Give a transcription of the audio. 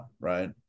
right